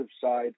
side